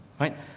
Right